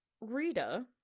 Rita